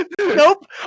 Nope